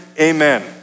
amen